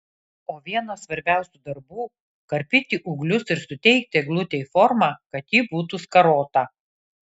o vienas svarbiausių darbų karpyti ūglius ir suteikti eglutei formą kad ji būtų skarota